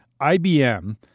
IBM